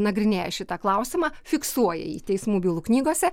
nagrinėja šitą klausimą fiksuoja jį teismų bylų knygose